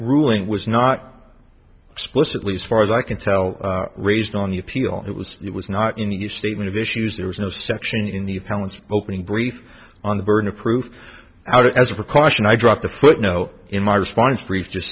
ruling was not explicitly so far as i can tell raised on the appeal it was it was not any statement of issues there was no section in the balance opening brief on the burden of proof out as a precaution i dropped the foot no in my response brief just